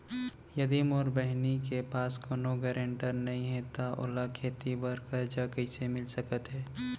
यदि मोर बहिनी के पास कोनो गरेंटेटर नई हे त ओला खेती बर कर्जा कईसे मिल सकत हे?